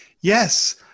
yes